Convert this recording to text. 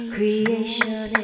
Creation